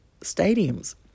stadiums